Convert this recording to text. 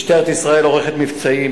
משטרת ישראל עורכת מבצעים,